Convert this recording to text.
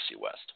West